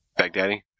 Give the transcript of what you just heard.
Baghdadi